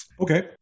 Okay